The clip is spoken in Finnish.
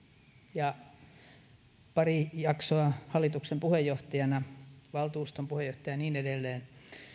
ja parilla jaksolla hallituksen puheenjohtajana valtuuston puheenjohtajana ja niin edelleen